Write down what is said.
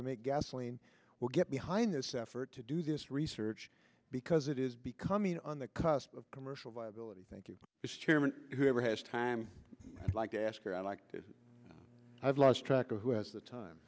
to make gasoline will get behind this effort to do this research because it is becoming on the cusp of commercial viability thank you mr chairman whoever has time i'd like to ask or i'd like to have lost track of who has the time